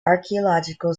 archaeological